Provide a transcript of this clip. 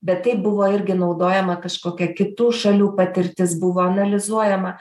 bet tai buvo irgi naudojama kažkokia kitų šalių patirtis buvo analizuojama